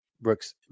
Brooks